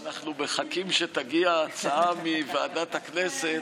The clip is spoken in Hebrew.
אנחנו מחכים שתגיע הצעה מוועדת הכנסת,